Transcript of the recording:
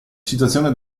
situazione